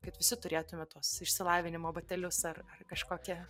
kad visi turėtume tuos išsilavinimo batelius ar ar kažkokią